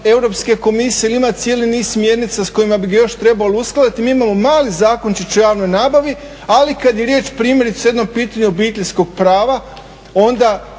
Europske komisije jer ima cijeli niz smjernica s kojima bi ga još trebalo uskladiti, mi imamo mali zakončić o javnoj nabavi. Ali kad je riječ primjerice o jednom pitanju obiteljskog prava onda